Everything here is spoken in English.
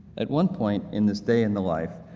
at one point in this day in the life,